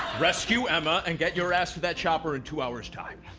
rescue emma and get your ass to that chopper in two hours time.